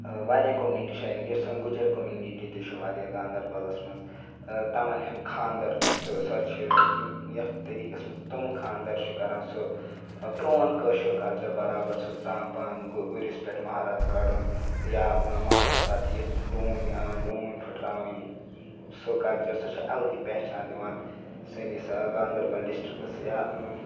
واریاہ کومنِٹی چھِ یۄس گُجِرۍ کومنِٹی تہٕ چھُ واریاہ گاندَربَلَس مَنٛز تِمَن ہَنٛد خانٛدَر تہٕ سۄ چھِ تم یَتھ طریٖقَس مَنٛز تِمہٕ خاندَر چھِ کَران سُہ پرون کٲشُر کَلچَر بَرابَر سُہ زاںٛپان گُرِس پٮ۪ٹھ مَہراز کَڑن یا مَہراز پَتہِ یِتھ ڈونۍ ڈونۍ پھِٹراوٕنۍ سُہ کَلچر سُہ چھِ اَلگٕے پہچان دِوان سٲنِس گاندَربَل ڈِسٹرٕکَس یا